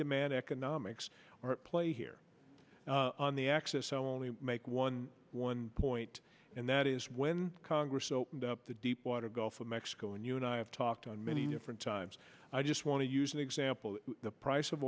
demand economics play here on the access only make one one point and that is when congress opened up the deepwater gulf of mexico and you and i have talked on many different times i just want to use an example the price of